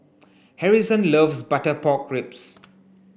Harrison loves butter pork ribs